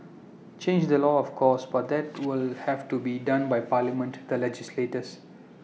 change the law of course but that will have to be done by parliament the legislators